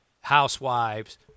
housewives